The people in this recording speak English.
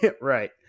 right